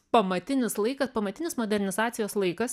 pamatinis laikas pamatinis modernizacijos laikas